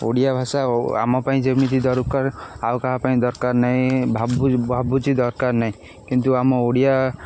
ଓଡ଼ିଆ ଭାଷା ଆମ ପାଇଁ ଯେମିତି ଦରକାର ଆଉ କାହା ପାଇଁ ଦରକାର ନାହିଁଭାବୁଛି ଦରକାର ନାହିଁ କିନ୍ତୁ ଆମ ଓଡ଼ିଆ